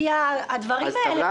הצבעה בעד,